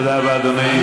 תודה רבה, אדוני.